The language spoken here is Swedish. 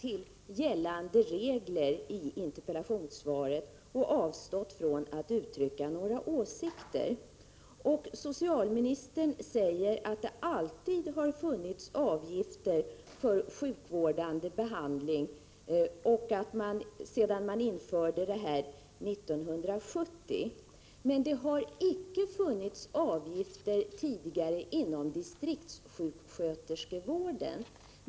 Herr talman! Socialministern har, helt korrekt, hänvisat till gällande regler och avstått från att uttrycka några åsikter i sitt interpellationssvar. Socialministern säger att det alltid har funnits avgifter för sjukvårdande behandling, både innan och sedan avgifterna infördes 1970. Men det har icke tidigare funnits avgifter inom distriktssjuksköterskevården.